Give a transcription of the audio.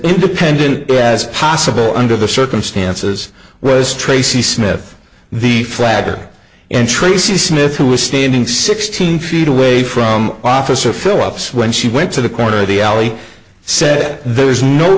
independent as possible under the circumstances was tracy smith the flagger and tracy smith who was standing sixteen feet away from officer phillips when she went to the corner of the alley said there is no